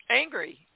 angry